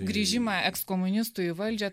grįžimą ekskomunistų į valdžią